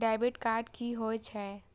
Debit card की होय छेय?